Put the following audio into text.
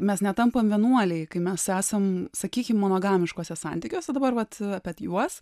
mes netampam vienuoliai kai mes esam sakykim monogamiškuose santykiuose dabar vat juos